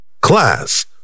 Class